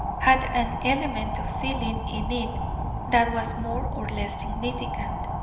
had an element of feeling in it that was more or less significant.